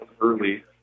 early